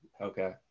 Okay